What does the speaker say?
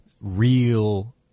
real